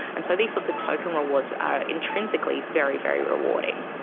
and so these sorts of token rewards are intrinsically very, very rewarding.